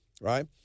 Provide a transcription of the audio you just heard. right